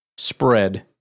spread